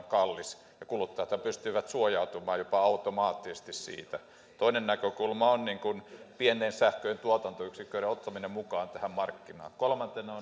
kallis ja kuluttajathan pystyvät suojautumaan jopa automaattisesti siltä toinen näkökulma on pienten sähköntuotantoyksiköiden ottaminen mukaan tähän markkinaan kolmantena